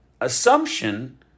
assumption